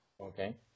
Okay